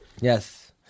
Yes